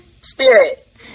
spirit